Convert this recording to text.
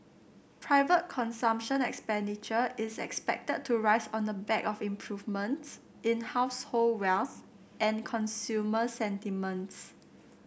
private consumption expenditure is expected to rise on the back of improvements in household wealth and consumer sentiments